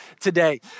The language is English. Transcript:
today